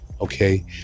Okay